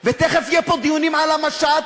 ותכף יהיו פה דיונים על המשט,